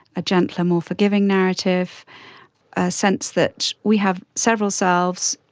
a gentler, more forgiving narrative, a sense that we have several selves.